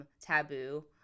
taboo